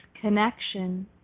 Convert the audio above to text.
connection